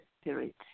Spirit